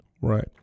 Right